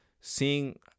seeing